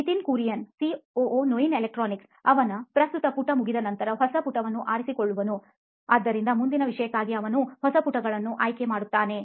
Nitin Kurian COO ನೋಯಿನ್ ಎಲೆಕ್ಟ್ರಾನಿಕ್ಸ್ಅವನ ಪ್ರಸ್ತುತ ಪುಟ ಮುಗಿದ ನಂತರ ಹೊಸ ಪುಟವನ್ನು ಆರಿಸಿಕೊಳ್ಳುವನು ಆದ್ದರಿಂದ ಮುಂದಿನ ವಿಷಯಕ್ಕಾಗಿ ಅವನು ಹೊಸ ಪುಟವನ್ನು ಆಯ್ಕೆ ಮಾಡುತ್ತಾನೆ